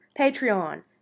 Patreon